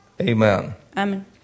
Amen